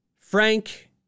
Frank